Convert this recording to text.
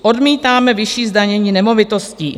Odmítáme vyšší zdanění nemovitostí.